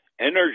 Energy